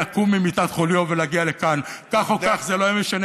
תנסה לעשות